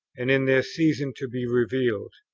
and in their season to be revealed.